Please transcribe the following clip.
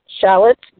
shallots